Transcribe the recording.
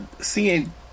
seeing